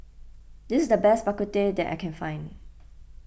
this is the best Bak Kut Teh that I can find